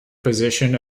position